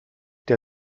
der